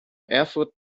erfurt